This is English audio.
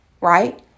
right